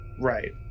Right